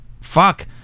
fuck